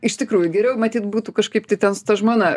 iš tikrųjų geriau matyt būtų kažkaip tai ten su ta žmona